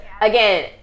Again